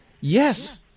Yes